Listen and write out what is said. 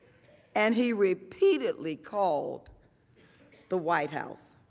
and he repeatedly called the white house.